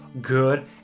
good